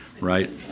right